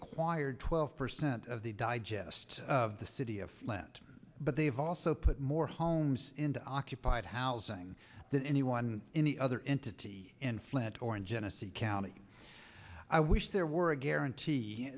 acquired twelve percent of the digest of the city of plant but they've also put more homes into occupied housing than anyone any other entity in flint or in genesee county i wish there were a guarantee